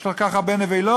יש כל כך הרבה נבלות.